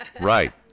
Right